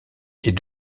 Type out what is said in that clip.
est